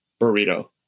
Burrito